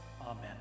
Amen